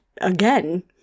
again